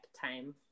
time